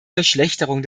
verschlechterung